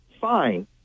fine